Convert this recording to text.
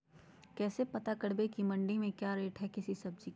कैसे पता करब की मंडी में क्या रेट है किसी सब्जी का?